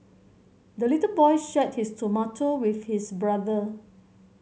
the little boy shared his tomato with his brother